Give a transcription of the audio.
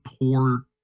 poor